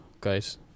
guys